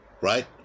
right